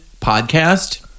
podcast